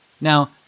Now